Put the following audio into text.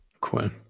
cool